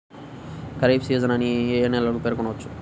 Kharif season అని ఏ ఏ నెలలను పేర్కొనవచ్చు?